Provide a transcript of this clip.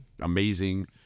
amazing